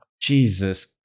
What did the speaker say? Jesus